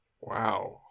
Wow